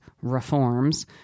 reforms